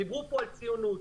דיברו כאן על ציונות.